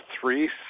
three